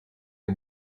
des